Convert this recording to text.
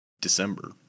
December